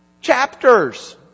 chapters